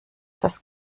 das